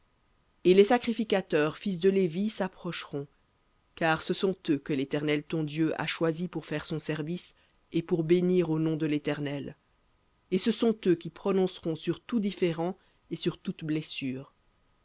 et les sacrificateurs fils de lévi s'approcheront car ce sont eux que l'éternel ton dieu a choisis pour faire son service et pour bénir au nom de l'éternel et ce sont eux qui prononceront sur tout différend et sur toute blessure